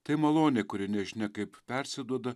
tai malonė kuri nežinia kaip persiduoda